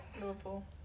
Liverpool